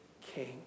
King